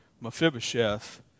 Mephibosheth